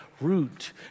root